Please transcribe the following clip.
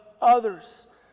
others